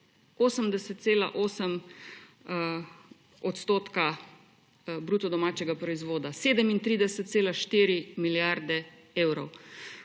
80,8 % bruto domačega proizvoda, 37,4 milijarde evrov.